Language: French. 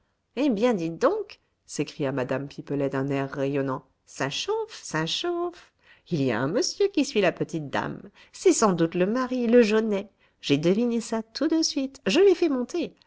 eh bien dites donc s'écria mme pipelet d'un air rayonnant ça chauffe ça chauffe il y a un monsieur qui suit la petite dame c'est sans doute le mari le jaunet j'ai deviné ça tout de suite je l'ai fait monter